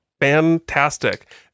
Fantastic